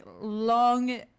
long